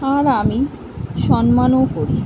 আর আমি সম্মানও করি